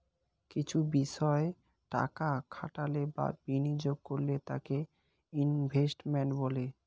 কিছু বিষয় টাকা খাটালে বা বিনিয়োগ করলে তাকে ইনভেস্টমেন্ট বলে